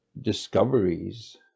discoveries